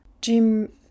Jim